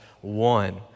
one